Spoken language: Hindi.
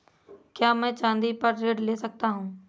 क्या मैं चाँदी पर ऋण ले सकता हूँ?